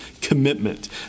commitment